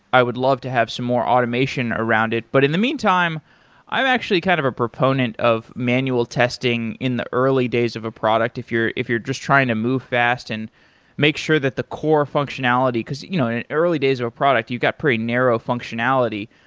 i would love to have some more automation around it. but in the meantime i'm actually kind of a proponent of manual testing in the early days of a product if you're if you're just trying to move fast and make sure that the core functionality, because you know in the early days of a product, you got pretty narrow functionality.